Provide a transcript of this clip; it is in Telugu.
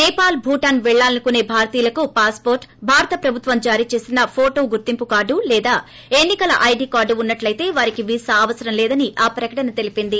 సేపాల్ భూటాన్ పెళ్చాలనుకునే భారతీయులకు పాస్ పోర్ట్ భారత ప్రభుత్వం జారీ చేసిన ఫోటో గుర్తింపు కార్డు లేదా ఎన్నికల ఐడి కార్డు వున్నట్లితే వారికి వీసా అవసరం లేదని ఆ ప్రకటన తెలిపింది